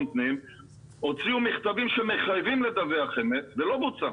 פנים הוציאו מכתבים שחייבים לדווח אמת ולא בוצע.